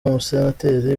umusenateri